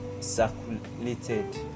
circulated